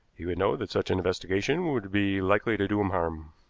he would know that such an investigation would be likely to do him harm.